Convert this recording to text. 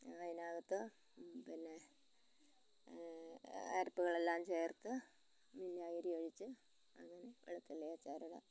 അതിനകത്ത് പിന്നെ അരപ്പുകളെല്ലാം ചേർത്ത് വിനാഗിരി ഒഴിച്ച് അങ്ങനെ വെളുത്തുള്ളി അച്ചാറിടാം